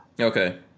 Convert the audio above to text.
okay